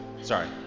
sorry